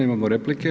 Imamo replike.